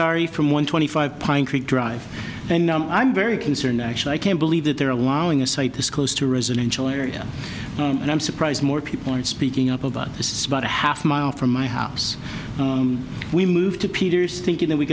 sorry from one twenty five pine creek drive and i'm very concerned actually i can't believe that they're allowing a site this close to residential area and i'm surprised more people aren't speaking up about this about a half mile from my house we moved to peter's thinking that we